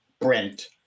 Brent